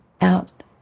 out